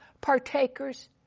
partakers